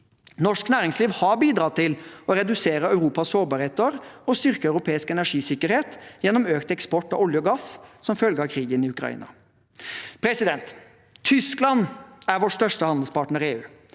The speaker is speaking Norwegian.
Norsk næringsliv har bidratt til å redusere Europas sårbarheter og styrke europeisk energisikkerhet gjennom økt eksport av olje og gass, som følge av krigen i Ukraina. Tyskland er vår største handelspartner i EU.